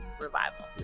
revival